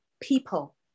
people